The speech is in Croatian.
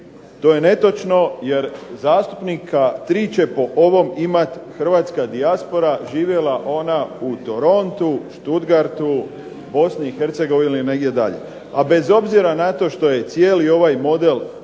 to je netočno jer zastupnika 3 će po ovom imati hrvatska dijaspora živjela ona u Torontu, Sttutgartu, BiH ili negdje dalje, a bez obzira na to što je cijeli ovaj model